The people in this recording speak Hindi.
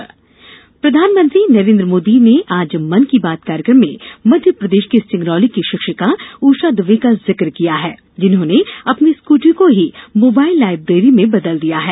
एंकर प्रधानमंत्री नरेन्द्र मोदी ने आज मन की बात कार्यक्रम में मध्यप्रदेश के सिंगरौली की शिक्षिका ऊषा द्वे का जिक किया है जिन्होंने अपनी स्कूटी को ही मोबाइल लायब्रेरी में बदल दिया है